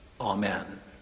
Amen